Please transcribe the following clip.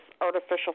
artificial